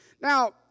Now